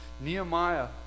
Nehemiah